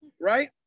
right